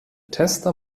tester